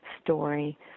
story